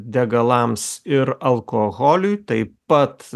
degalams ir alkoholiui taip pat